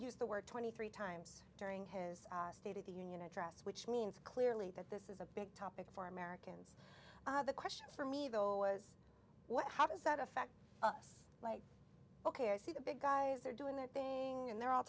used the word twenty three times during his state of the union address which means clearly that this is a big topic for americans the question for me though was what how does that affect us like ok i see the big guys there doing their thing and they're all